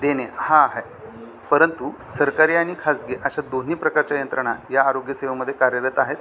देणे हा आहे परंतु सरकारी आणि खासगी अशा दोन्ही प्रकारच्या यंत्रणा या आरोग्यसेवामध्ये कार्यरत आहेत